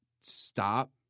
stop